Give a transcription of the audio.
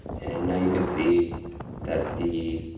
and now you can see that the